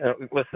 Listen